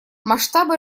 масштабы